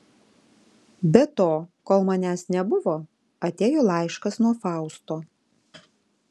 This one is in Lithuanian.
be to kol manęs nebuvo atėjo laiškas nuo fausto